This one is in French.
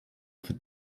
faites